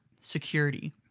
security